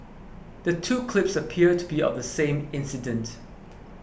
the two clips appear to be of the same incident